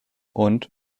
und